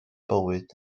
bywyd